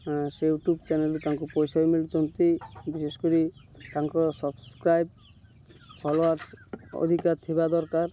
ସେ ୟୁଟ୍ୟୁବ୍ ଚ୍ୟାନେଲ୍ରୁ ତାଙ୍କୁ ପଇସାବି ମିଳୁଛନ୍ତି ବିଶେଷ କରି ତାଙ୍କର ସବସ୍କ୍ରାଇବ୍ ଫଲୋଅର୍ସ୍ ଅଧିକା ଥିବା ଦରକାର